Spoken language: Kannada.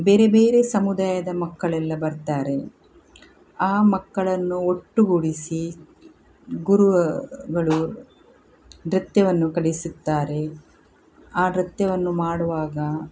ಬೇರೆ ಬೇರೆ ಸಮುದಾಯದ ಮಕ್ಕಳೆಲ್ಲ ಬರ್ತಾರೆ ಆ ಮಕ್ಕಳನ್ನು ಒಟ್ಟುಗೂಡಿಸಿ ಗುರುಗಳು ನೃತ್ಯವನ್ನು ಕಲಿಸುತ್ತಾರೆ ಆ ನೃತ್ಯವನ್ನು ಮಾಡುವಾಗ